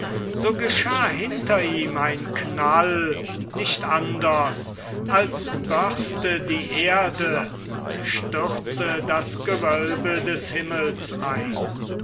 so geschah hinter ihm ein knall nicht anders als börste die erde und stürze das gewölbe des himmels ein